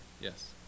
Yes